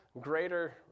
greater